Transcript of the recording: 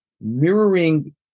Mirroring